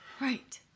right